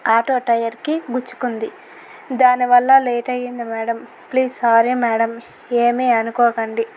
auto tyre కి గుచ్చుకుంది దాని వల్ల లేట్ అయింది మ్యాడమ్ ప్లీజ్ సారీ మ్యాడమ్ ఏమీ అనుకోకండి